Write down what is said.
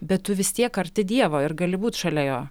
bet tu vis tiek arti dievo ir gali būt šalia jo